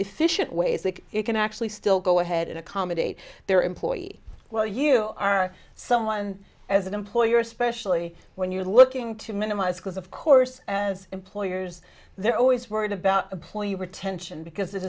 efficient ways that you can actually still go ahead and accommodate your employee well you are someone as an employer especially when you're looking to minimize because of course as employers they're always worried about employee retention because it